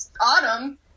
Autumn